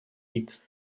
jít